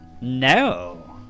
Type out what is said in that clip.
no